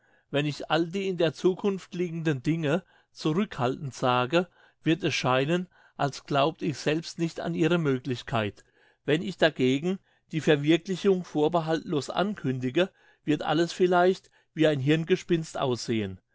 wenn ich all die in der zukunft liegenden dinge zurückhaltend sage wird es scheinen als glaubte ich selbst nicht an ihre möglichkeit wenn ich dagegen die verwirklichung vorbehaltlos ankündige wird alles vielleicht wie ein hirngespinst aussehen